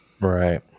right